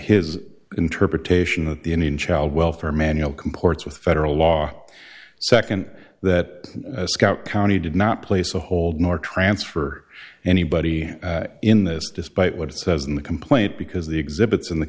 his interpretation that the indian child welfare manual comports with federal law second that scott county did not place a hold nor transfer anybody in this despite what it says in the complaint because the exhibits in the